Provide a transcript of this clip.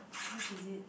how much is it